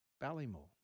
Ballymore